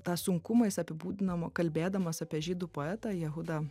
tą sunkumais apibūdinamu kalbėdamas apie žydų poetą jahudą